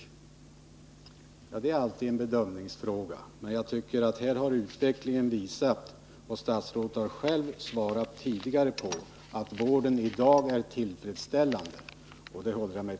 Ja, detta är en bedömningsfråga, men jag tycker att utvecklingen här har visat — vilket statsrådet tidigare själv bekräftat — att vården i dag är tillfredsställande, något som jag håller med om.